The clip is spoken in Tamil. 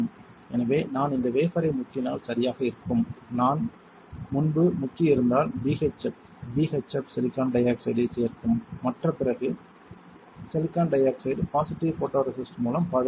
எனவே நான் இந்த வேபர்ரை முக்கினால் சரியாக இருக்கும் நான் முன்பு முக்கி இருந்தால் BHF b h f silicon டை ஆக்சைடை சேர்க்கும் மற்றும் பிற silicon dioxide positive photoresist மூலம் பாதுகாக்கப்படும்